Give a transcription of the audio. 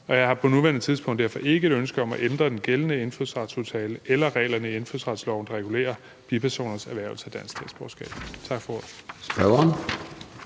og jeg har på nuværende tidspunkt derfor ikke et ønske om at ændre den gældende indfødsretsaftale eller reglerne i indfødsretsloven, der regulerer bipersoners erhvervelse af dansk statsborgerskab. Tak for ordet.